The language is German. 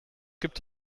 gibt